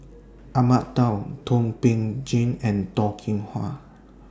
Ahmad Daud Thum Ping Tjin and Toh Kim Hwa